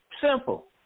Simple